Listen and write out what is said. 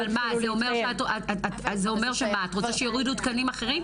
אז זה אומר שאת רוצה שיורידו תקנים אחרים?